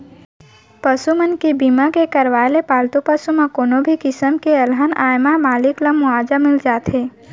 पसु मन के बीमा के करवाय ले पालतू पसु म कोनो भी किसम के अलहन आए म मालिक ल मुवाजा मिल जाथे